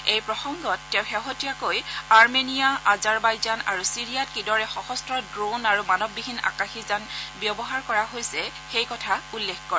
এই প্ৰসংগত তেওঁ শেহতীয়াকৈ আৰমেনিয়া আজাৰবাইজান আৰু ছিৰিয়াত কিদৰে সশস্ত্ৰ ড়োন আৰু মানৱবিহীন আকাশীযান ব্যৱহাৰ কৰা হৈছে সেই কথা উল্লেখ কৰে